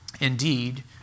Indeed